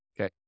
Okay